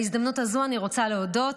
בהזדמנות הזו אני רוצה להודות